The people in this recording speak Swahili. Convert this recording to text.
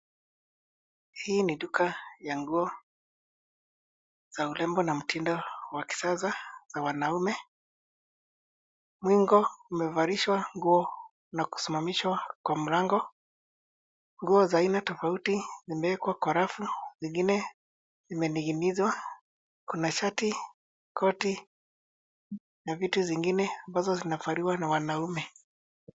Hii ni duka ya nguo za urembo na mtindo wa kisasa za wanaume. Mwingo umevalishwa nguo na kusimamishwa kwa mlango. Nguo za aina tofauti zimewekwa kwa rafu, zingine zimening'inizwa. Kuna shati ,koti na vitu zingine ambazo zinavaliwa na wanaume.